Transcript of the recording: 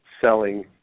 selling